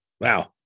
Wow